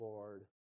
Lord